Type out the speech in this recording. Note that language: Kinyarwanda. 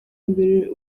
mbere